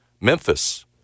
Memphis